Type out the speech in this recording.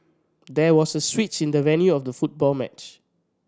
there was a switch in the venue of the football match